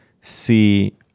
see